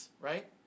right